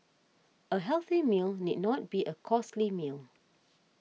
a healthy meal need not be a costly meal